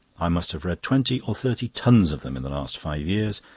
i must have read twenty or thirty tons of them in the last five years.